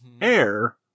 air